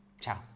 Ciao